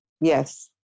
Yes